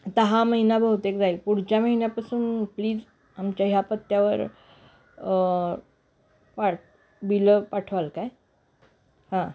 दा हा महिना बहुतेक पुढच्या महिन्यापासून प्लीज आमच्या ह्या पत्त्यावर पाठ बिलं पाठवाल काय हां